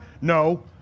No